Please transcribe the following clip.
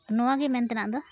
ᱱᱚᱣᱟ ᱜᱮ ᱢᱮᱱ ᱛᱮᱱᱟᱜ ᱫᱚ